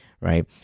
right